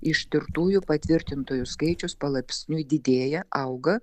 ištirtųjų patvirtintųjų skaičius palaipsniui didėja auga